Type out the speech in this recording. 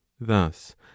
thus